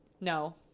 No